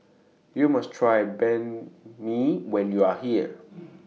YOU must Try Banh MI when YOU Are here